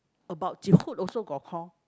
about